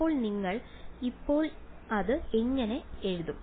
അപ്പോൾ നിങ്ങൾ ഇപ്പോൾ അത് എങ്ങനെ എഴുതും